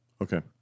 okay